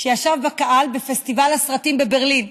שישב בקהל בפסטיבל הסרטים בברלין.